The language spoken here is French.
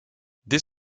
dès